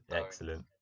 excellent